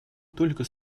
только